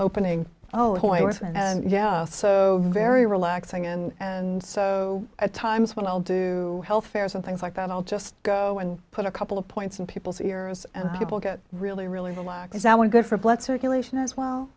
opening oh yeah so very relaxing and and so at times when i'll do health fairs and things like that i'll just go and put a couple of points in people's ears and people get really really relax i would go for blood circulation as well